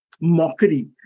mockery